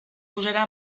posarà